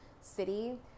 city